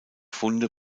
funde